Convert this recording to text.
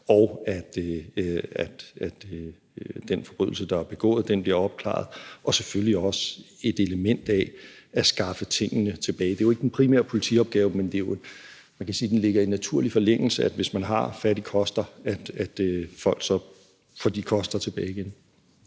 og at den forbrydelse, der er begået, bliver opklaret, og selvfølgelig skal der også være et element af at skaffe tingene tilbage. Det er jo ikke politiets primære opgave, men man kan sige, at det ligger i naturlig forlængelse, at folk, hvis man har fat i koster, så får de koster tilbage igen.